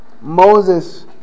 Moses